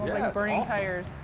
burning tires.